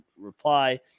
reply